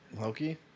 Loki